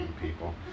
people